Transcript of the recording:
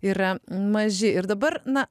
yra maži ir dabar na